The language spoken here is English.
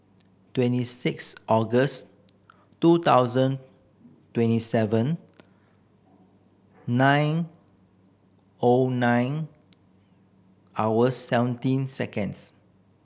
twenty six August two thousand twenty seven nine O nine hours seventeen seconds